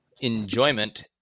enjoyment